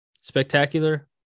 Spectacular